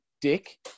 dick